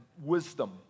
wisdom